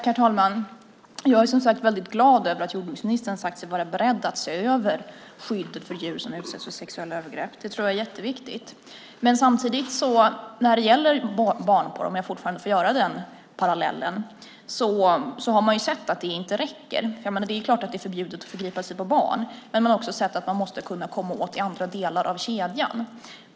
Herr talman! Jag är, som sagt, väldigt glad över att jordbruksministern sagt sig vara beredd att se över skyddet för djur som utsätts för sexuella övergrepp. Det tror jag är jätteviktigt. Men samtidigt har man ju när det gäller barnporr - om jag fortfarande får dra den parallellen - sett att det inte räcker. Det är klart att det är förbjudet att förgripa sig på barn. Men man har också sett att man måste kunna komma åt det i andra delar av kedjan.